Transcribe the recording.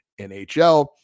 nhl